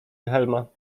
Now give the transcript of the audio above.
wilhelma